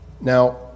Now